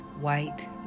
white